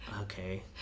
okay